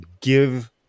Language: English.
give